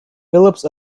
phillips